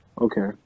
Okay